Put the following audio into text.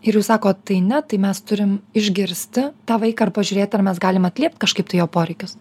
ir jūs sakot tai ne tai mes turim išgirsti tą vaiką ir pažiūrėti ar mes galim atliepti kažkaip tai jo poreikius